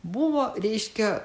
buvo reiškia